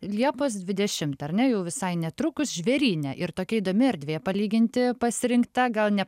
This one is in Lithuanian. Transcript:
liepos dvidešimtą ar ne jau visai netrukus žvėryne ir tokia įdomi erdvė palyginti pasirinkta gal ne